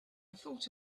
thought